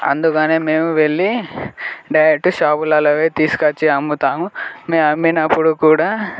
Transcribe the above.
అందుకనే మేము వెళ్ళి డైరెక్ట్ షాపులలోవే తెచ్చి అమ్ముతాము మేము అమ్మినప్పుడు కూడా